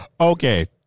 Okay